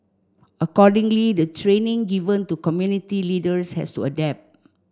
accordingly the training given to community leaders has to adapt